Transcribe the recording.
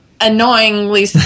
annoyingly